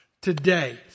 today